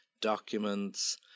documents